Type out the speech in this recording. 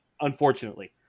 Unfortunately